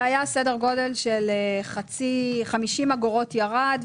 זה היה סדר גודל של 50 אגורות שירד,